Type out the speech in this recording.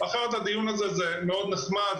אחרת הדיון הזה הוא נחמד מאוד,